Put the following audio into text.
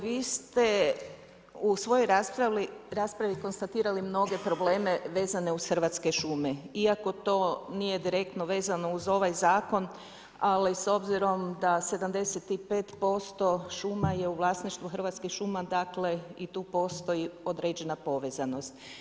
Vi ste u svojoj raspravi konstatirali mnoge probleme vezane uz Hrvatske šume, iako to nije direktno vezano uz ovaj zakon, ali s obzirom da 75% šuma je u vlasništvu Hrvatskih šuma, dakle i tu postoji određena povezanost.